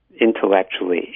intellectually